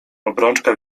obrączka